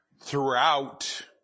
throughout